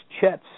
Chet's